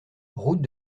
route